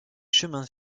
chemins